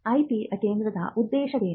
IP ಕೇಂದ್ರದ ಉದ್ದೇಶವೇನು